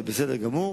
זה בסדר גמור.